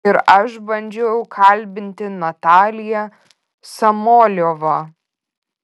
ir aš bandžiau kalbinti nataliją samoilovą